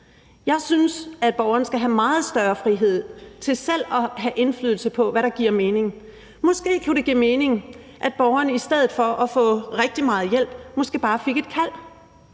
Jeg synes, at borgeren skal have meget større frihed til selv at have indflydelse på, hvad der giver mening. Måske kunne det give mening, at borgeren i stedet for at få rigtig meget hjælp bare fik et opkald.